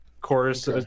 chorus